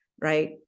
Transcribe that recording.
right